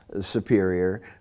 superior